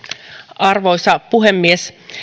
arvoisa puhemies